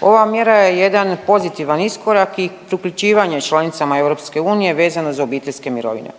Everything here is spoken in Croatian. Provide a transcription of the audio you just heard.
Ova mjera je jedan pozitivan iskorak i uključivanje članicama EU vezano za obiteljske mirovine.